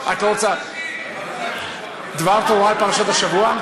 את לא רוצה, שירת נשים, דבר תורה, פרשת השבוע?